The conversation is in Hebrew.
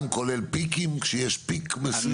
גם כולל פיקים כשיש פיק מסוים?